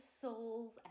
souls